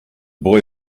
boy